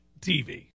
TV